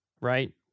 right